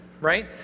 Right